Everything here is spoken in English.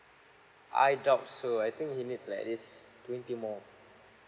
I doubt so I think he needs like at least twenty more